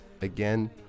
Again